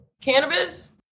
cannabis